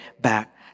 back